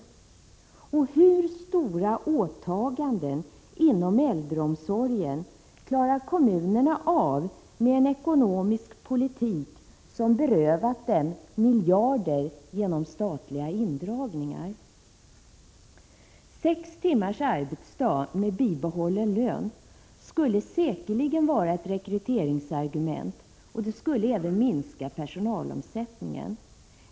Hur stora åtaganden inom äldreomsorgen klarar kommunerna av med en ekonomisk politik som berövat dem miljarder genom statliga indragningar? Sextimmars arbetsdag med bibehållen lön skulle säkerligen vara ett rekryteringsargument, och det skulle även minska personalomsättningen.